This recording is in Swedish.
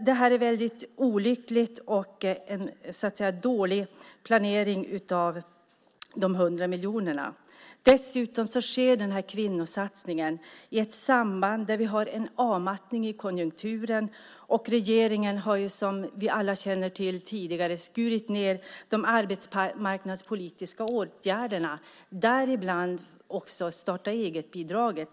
Det är olyckligt och dålig planering av de 100 miljonerna. Dessutom sker kvinnosatsningen i ett sammanhang där vi har en avmattning i konjunkturen. Regeringen har, som vi alla känner till sedan tidigare, skurit ned de arbetsmarknadspolitiska åtgärderna, däribland starta-eget-bidraget.